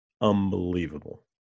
Unbelievable